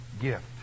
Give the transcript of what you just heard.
gift